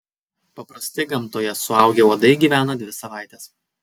paprastai gamtoje suaugę uodai gyvena dvi savaites